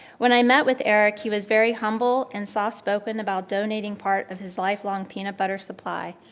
when i met with eric, he was very humble and soft spoken about donating part of his lifelong peanut butter supply.